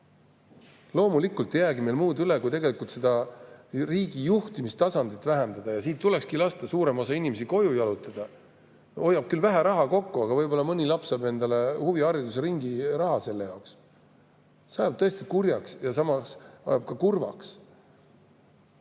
Loomulikult ei jäägi muud üle kui tegelikult seda riigi juhtimistasandit vähendada. Siin tulekski lasta suuremal osal inimestel koju jalutada. Hoiaks küll vähe raha kokku, aga võib-olla mõni laps saaks endale huviharidusringi raha sellest. See ajab tõesti kurjaks ja samas kurvaks.